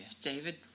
David